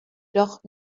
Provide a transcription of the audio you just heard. doch